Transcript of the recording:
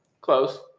close